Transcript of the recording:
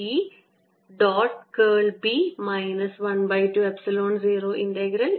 dWdt10dV E